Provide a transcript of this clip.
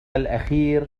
الأخير